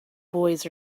boys